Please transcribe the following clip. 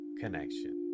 connection